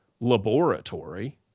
laboratory